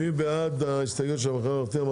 מי בעד ההסתייגויות של המחנה הממלכתי?